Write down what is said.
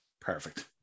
Perfect